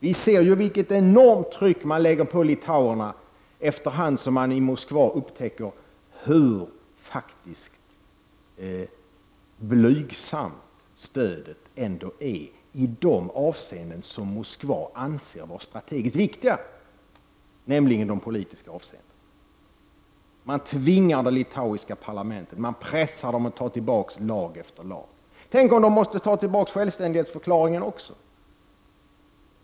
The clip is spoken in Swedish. Vi ser ju vilket enormt tryck man lägger på litauerna, efter hand som man i Moskva upptäcker hur blygsamt stödet faktiskt ändå är i de avseenden som Moskva anser vara strategiskt viktiga, nämligen de politiska avseendena. Man tvingar det litauiska parlamentet, man pressar litauerna att ta tillbaka lag efter lag. Tänk om de måste ta tillbaka självständighetsförklaringen också!